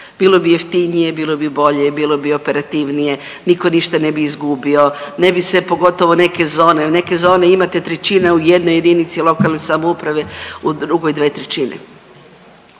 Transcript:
bilo bi jeftinije, bilo bi bolje, bilo bi operativnije, niko ništa ne bi izgubio, ne bi se, pogotovo neke zone, neke zone imate trećina u jednoj JLS, u drugoj 2/3. **Reiner,